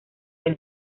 del